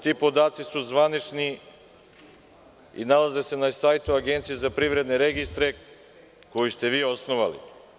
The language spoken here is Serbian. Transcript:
Ti podaci su zvanični i nalaze se na sajtu Agencije za privredne registre, koju ste vi osnovali.